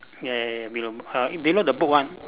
ya ya ya below err below the book one